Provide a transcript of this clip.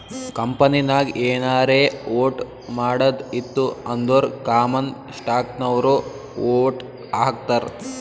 ಕಂಪನಿನಾಗ್ ಏನಾರೇ ವೋಟ್ ಮಾಡದ್ ಇತ್ತು ಅಂದುರ್ ಕಾಮನ್ ಸ್ಟಾಕ್ನವ್ರು ವೋಟ್ ಹಾಕ್ತರ್